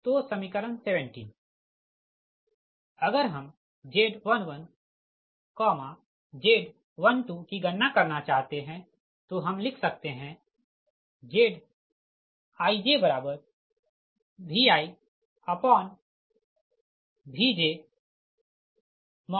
तो समीकरण 17 अगर हम Z11Z12 की गणना करना चाहते है तो हम लिख सकते है ZijViVj